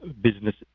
business